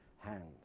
hands